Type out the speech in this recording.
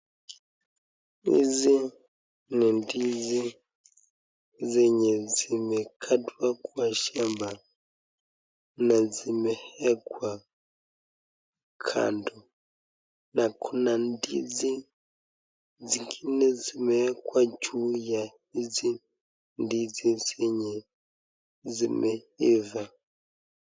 Hizi ni ndizi zenye zimekatwa kwa shamba na zimewekwa kando. Na kuna ndizi zingine zimewekwa juu ya ndizi hizi zenye zimeiva.